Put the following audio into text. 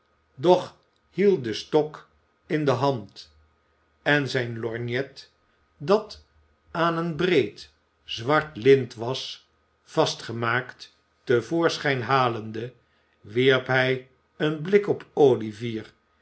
doch hield den stok in de hand en zijn lorgnet dat aan een breed zwart lint was vastgemaakt te voorschijn halende wierp hij een blik op